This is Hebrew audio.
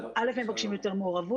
אנחנו, א', מבקשים יותר מעורבות.